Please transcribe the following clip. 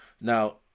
Now